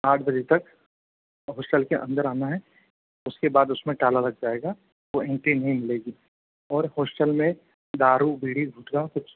आठ बजे तक हॉस्टल के अंदर आना है उसके बाद उसमें ताला लग जाएगा तो एंट्री नहीं मिलेगी और हॉस्टल में दारू बीड़ी गुटका कुछ